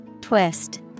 Twist